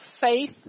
faith